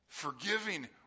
forgiving